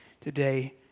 today